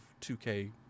2K